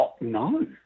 No